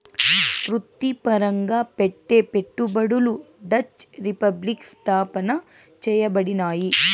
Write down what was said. వృత్తిపరంగా పెట్టే పెట్టుబడులు డచ్ రిపబ్లిక్ స్థాపన చేయబడినాయి